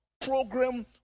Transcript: program